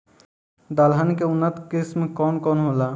दलहन के उन्नत किस्म कौन कौनहोला?